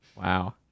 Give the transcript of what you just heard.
Wow